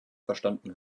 verstanden